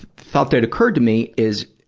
thought that occurred to me is